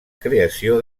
creació